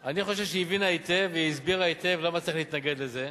אני חושב שהיא הבינה היטב והיא הסבירה היטב למה צריך להתנגד לזה.